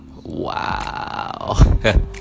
Wow